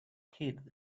kids